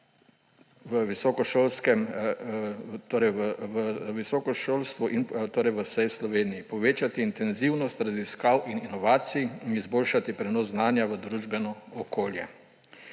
učenje v vsej Sloveniji; povečati intenzivnost raziskav in inovacij in izboljšati prenos znanja v družbeno okolje.